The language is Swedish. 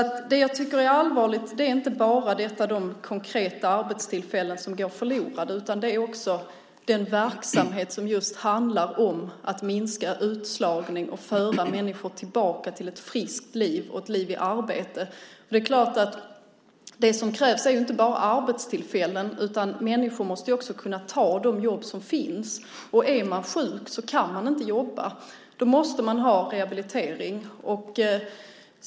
Det jag tycker är allvarligt är alltså inte bara att konkreta arbetstillfällen går förlorade utan också att den verksamhet drabbas som handlar om att just minska utslagningen och om att föra människor tillbaka till ett friskt liv och ett liv i arbete. Det som krävs är inte bara arbetstillfällen, utan människor måste också kunna ta de jobb som finns. Är man sjuk kan man inte jobba. Då måste man ha rehabilitering.